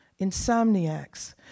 Insomniacs